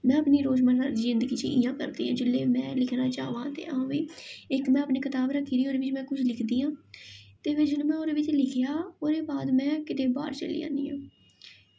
में अपनी रेजमर्रा दी जिंदगी च इ'यां करदी जेल्लै में लिखना चाह्वां ते हां भाई इक में अपनी कताब रक्खी दी ऐ ओह्दे बिच्च में कुछ लिखदी आं ते फिर जेल्लै में ओह्दे बिच्च लिखेआ ओह्दे बाद में किते बाहर चली जन्नी आं